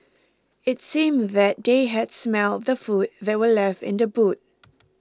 it seemed that they had smelt the food that were left in the boot